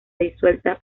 disuelta